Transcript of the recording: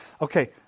Okay